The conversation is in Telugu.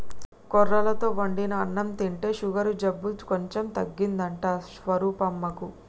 కొర్రలతో వండిన అన్నం తింటే షుగరు జబ్బు కొంచెం తగ్గిందంట స్వరూపమ్మకు